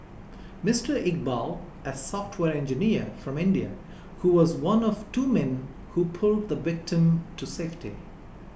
Mister Iqbal a software engineer from India who was one of two men who pulled the victim to safety